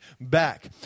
back